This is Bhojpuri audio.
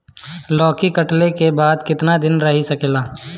लौकी कटले के बाद केतना दिन रही सकेला?